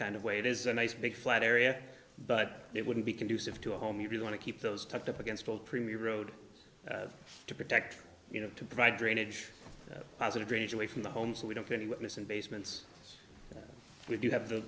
kind of way it is a nice big flat area but it wouldn't be conducive to a home if you want to keep those tucked up against old primly road to protect you know to provide drainage positive drainage away from the home so we don't do any witness in basements we do have the